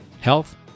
Health